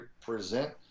present